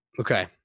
Okay